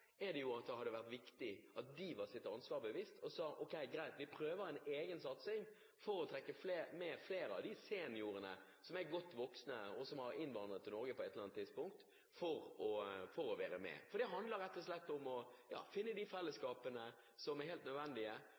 sa ok, greit, vi prøver en egen satsing for å trekke med flere av de seniorene som er godt voksne, og som har innvandret til Norge på et eller annet tidspunkt. For det handler rett og slett om å finne de fellesskapene som er helt nødvendige